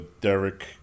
Derek